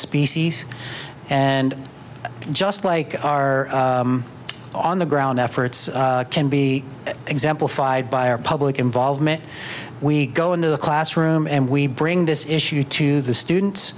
species and just like our on the ground efforts can be exemplified by our public involvement we go into the classroom and we bring this issue to the students